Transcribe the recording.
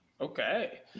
Okay